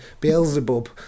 Beelzebub